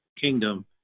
kingdom